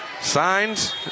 signs